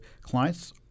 clients